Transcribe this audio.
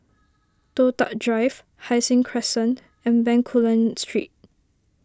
Toh Tuck Drive Hai Sing Crescent and Bencoolen Street